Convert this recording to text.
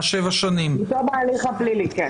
מתום ההליך הפלילי, כן.